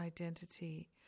identity